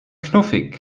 knuffig